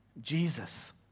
Jesus